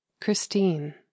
christine